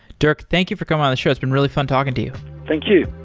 dirk, thank you for coming on the show. it's been really fun talking to you. thank you.